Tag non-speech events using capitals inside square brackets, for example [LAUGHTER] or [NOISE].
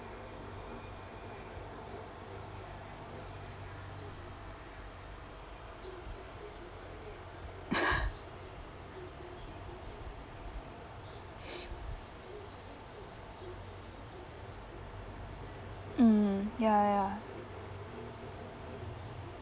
[LAUGHS] [BREATH] mm ya ya ya